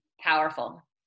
powerful